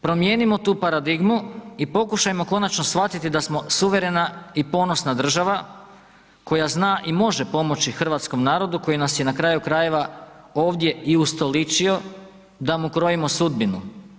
Promijenimo tu paradigmu i pokušajmo konačno shvatiti da smo suverena i ponosna država koja zna i može pomoći hrvatskom narodu koji nas je na kraju krajeva ovdje i ustoličio da mu krojimo sudbinu.